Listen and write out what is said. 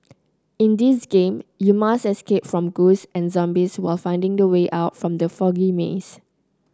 in this game you must escape from ghosts and zombies while finding the way out from the foggy maze